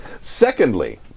Secondly